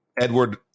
edward